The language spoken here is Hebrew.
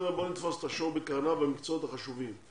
בואו נתפוס את השור בקרניו במקצועות החשובים,